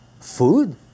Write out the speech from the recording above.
Food